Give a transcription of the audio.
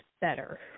better